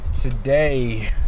today